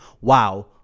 Wow